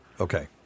Okay